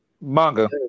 Manga